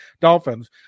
Dolphins